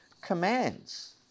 commands